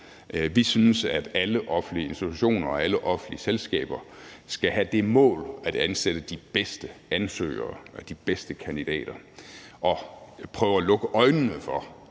Vi synes, at alle offentlige institutioner og alle offentlige selskaber skal have det mål at ansætte de bedste ansøgere og de bedste kandidater og prøve at lukke øjnene for,